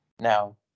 Now